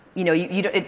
you know, you you don't,